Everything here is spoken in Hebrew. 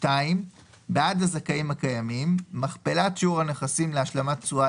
בעד הזכאים הקיימים מכפלת שיעור הנכסים להשלמת תשואה